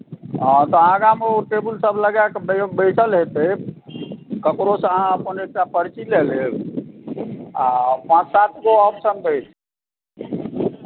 हॅं तऽ आगा मे टेबुल सभ लगाकऽ ओ बैसल हेतै ककरो सऽ अहाँ अपन एकटा पर्ची लऽ लेब आ पाँच सात गो ऑप्शन रहै छै